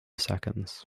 seconds